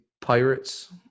Pirates